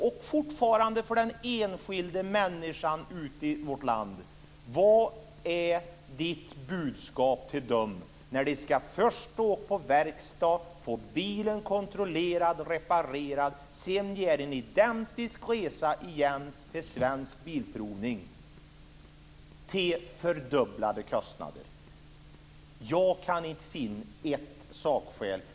Vilket är ditt budskap till den enskilda människan ute i vårt land när han eller hon först ska stå på en verkstad och få bilen kontrollerad och reparerad och sedan göra en identisk resa till Svensk Bilprovning till fördubblade kostnader? Jag kan inte finna ett enda sakskäl.